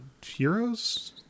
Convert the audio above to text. Heroes